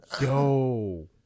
Yo